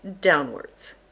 downwards